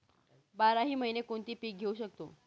बाराही महिने कोणते पीक घेवू शकतो?